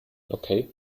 okay